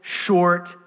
short